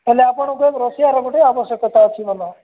ହେଲେ ଆପଣଙ୍କୁ ରୋଷେଆର ଗୋଟେ ଆବଶ୍ୟକତା ଅଛି ଭଲ